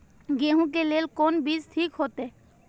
गेहूं के लेल कोन बीज ठीक होते?